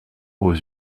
aux